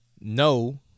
No